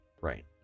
right